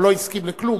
הוא לא הסכים לכלום,